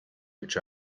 which